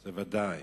זה ודאי.